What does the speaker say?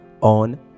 on